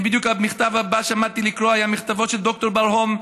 בדיוק המכתב הבא שעמדתי לקרוא היה מכתבו של דוקטור ברהום,